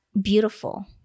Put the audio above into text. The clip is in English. beautiful